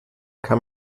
kann